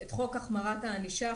את חוק החמרת הענישה,